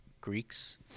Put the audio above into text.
Greeks